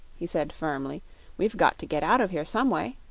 he said firmly we've got to get out of here some way,